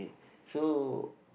so